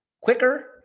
quicker